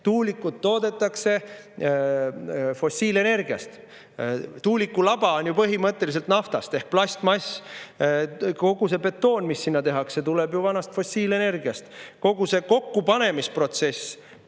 tuulikuid toodetakse fossiilenergia abil. Tuuliku laba on ju põhimõtteliselt naftast ehk plastmass. Kogu see betoon, mida seal [vaja on], tuleb ju vanast fossiilenergiast. Kogu see kokkupanemisprotsess,